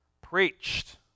preached